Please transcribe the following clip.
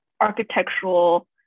architectural